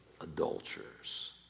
adulterers